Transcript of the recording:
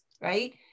right